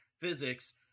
physics